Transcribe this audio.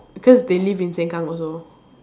cause they live in Sengkang also